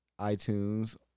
iTunes